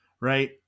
right